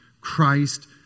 Christ